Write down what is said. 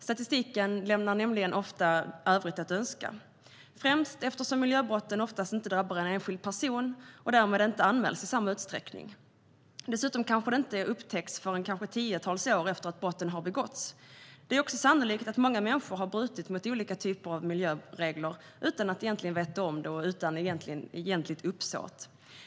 Statistiken lämnar nämligen ofta en del i övrigt att önska, främst eftersom miljöbrotten oftast inte drabbar en enskild person och därmed inte anmäls i samma utsträckning. Dessutom kanske de inte upptäcks förrän tiotals år efter det att brotten har begåtts. Det är också sannolikt att många människor har brutit mot olika typer av miljöregler utan att veta om det och utan egentligt uppsåt.